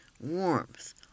warmth